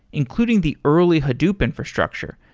including the early hadoop infrastructure.